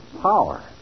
power